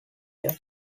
year